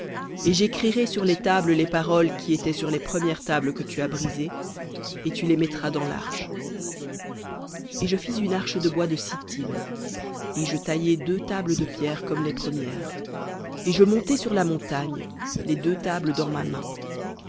et j'écrirai sur les tables les paroles qui étaient sur les premières tables que tu as brisées et tu les mettras dans larche et je fis une arche de bois de sittim et je taillai deux tables de pierre comme les premières et je montai sur la montagne les deux tables dans ma main